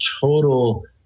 total